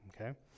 okay